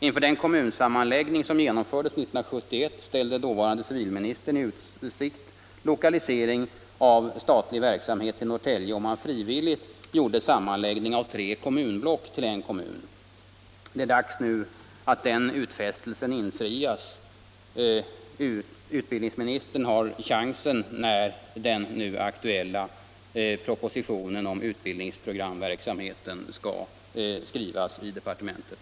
Inför den kommunsammanläggning som genomfördes 1971 ställde dåvarande civilministern i utsikt lokalisering av statlig verksamhet till Norrtälje, om man frivilligt gjorde en sammanläggning av tre kommunblock till en kommun. Det är dags att den utfästelsen infrias. Utbildningsministern har chansen nu när den aktuella propositionen om utbildningsprogramverksamheten skall skrivas i departementet.